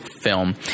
film